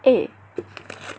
eh